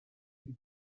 did